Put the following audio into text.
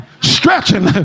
stretching